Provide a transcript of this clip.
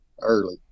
early